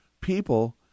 people